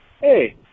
Hey